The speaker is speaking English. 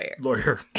Lawyer